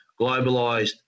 globalized